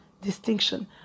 distinction